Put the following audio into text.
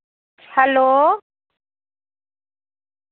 hello